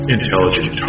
Intelligent